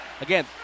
Again